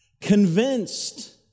convinced